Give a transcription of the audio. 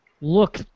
look